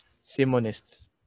Simonists